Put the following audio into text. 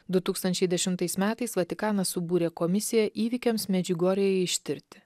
du tūkstančiai dešimtais metais vatikanas subūrė komisiją įvykiams medžiugorjėje ištirti